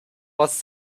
was